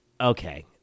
okay